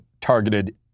targeted